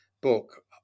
book